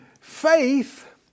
Faith